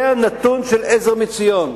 זה הנתון של "עזר מציון".